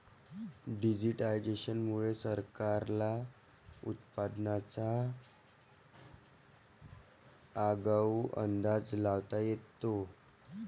digitisation मुळे सरकारला उत्पादनाचा आगाऊ अंदाज लावता येतो